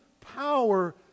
power